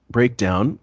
Breakdown